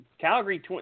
Calgary